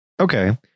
Okay